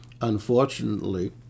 unfortunately